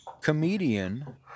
comedian